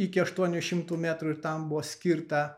iki aštuonių šimtų metrų ir tam buvo skirta